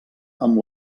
amb